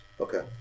Okay